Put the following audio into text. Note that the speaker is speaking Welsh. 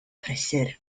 prysur